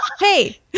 Hey